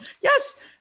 Yes